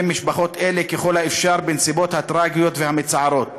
משפחות אלה ככל האפשר בנסיבות הטרגיות והמצערות.